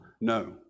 No